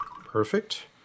Perfect